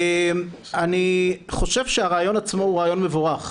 אני חושב שהרעיון עצמו הוא רעיון מבורך.